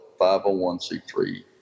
501c3